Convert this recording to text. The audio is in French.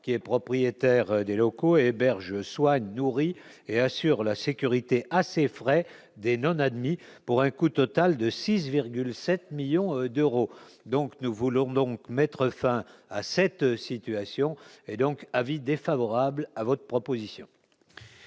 qui est propriétaire des locaux héberge soigne nourris et assure la sécurité à ses frais des non-admis pour un coût total de 6,7 millions d'euros, donc nous voulons donc mettre fin à cette situation et donc avis défavorable à votre proposition.